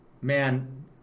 man